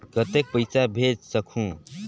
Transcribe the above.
कतेक पइसा भेज सकहुं?